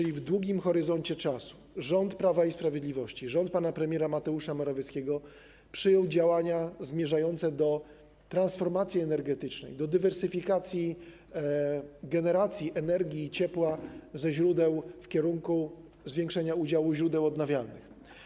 Otóż w długim horyzoncie czasu rząd Prawa i Sprawiedliwości, rząd pana premiera Mateusza Morawieckiego założył działania zmierzające do transformacji energetycznej, do dywersyfikacji generacji energii i ciepła w kierunku zwiększenia udziału źródeł odnawialnych.